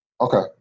Okay